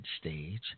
stage